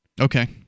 okay